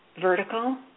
vertical